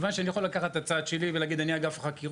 אני יכול לקחת רק את הצד שלי ולהגיד שיש לי